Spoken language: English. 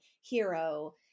hero